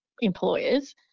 employers